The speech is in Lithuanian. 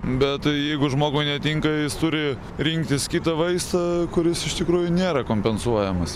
bet tai jeigu žmogui netinka jis turi rinktis kitą vaistą kuris iš tikrųjų nėra kompensuojamas